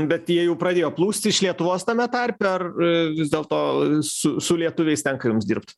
bet jie jau pradėjo plūsti iš lietuvos tame tarpe ar vis dėlto su su lietuviais tenka jums dirbt